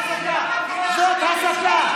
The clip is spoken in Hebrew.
זאת הסתה.